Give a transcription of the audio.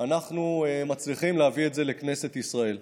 אנחנו מצליחים להביא את זה לכנסת ישראל.